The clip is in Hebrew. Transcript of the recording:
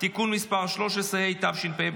תודה רבה.